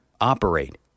operate